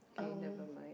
kay never mind